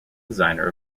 designer